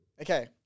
Okay